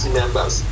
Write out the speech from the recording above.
members